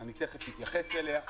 אני תיכף אתייחס אליה.